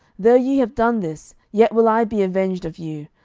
though ye have done this, yet will i be avenged of you,